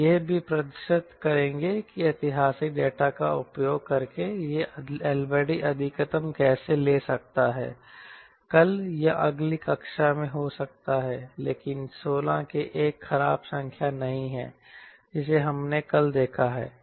हम यह भी प्रदर्शित करेंगे कि ऐतिहासिक डेटा का उपयोग करके यह LD अधिकतम कैसे ले सकता है कल या अगली कक्षा में हो सकता है लेकिन 16 एक खराब संख्या नहीं है जिसे हमने कल देखा है